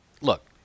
Look